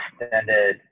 extended